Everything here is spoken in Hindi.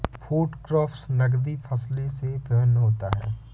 फूड क्रॉप्स नगदी फसल से भिन्न होता है